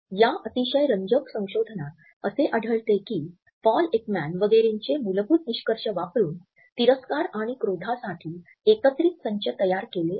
या अतिशय रंजक संशोधनात असे आढळते की पॉल एकमॅन वगैरेचे मूलभूत निष्कर्ष वापरुन तिरस्कार आणि क्रोधासाठी एकत्रित संच तयार केले आहेत